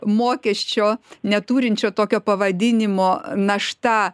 mokesčio neturinčio tokio pavadinimo našta